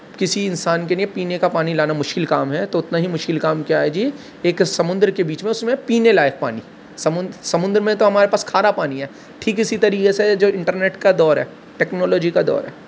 کسی انسان کے کے نئے پینے کا پانی لانا مشکل کام ہے تو اتنا ہی مشکل کام کیا ہے جی ایک سمندر کے بیچ میں اس میں پینے لائق پانی سمندر میں تو ہمارے پاس تو کھارا پانی ہے ٹھیک اسی طریقے سے جو انٹرنیٹ کا دور ہے ٹیکنالوجی کا دور ہے